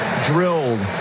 drilled